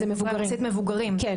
יחסית מבוגרים, נכון?